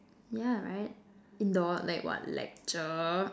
yeah right indoors like what lecture